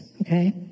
okay